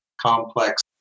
complex